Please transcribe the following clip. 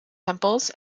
temples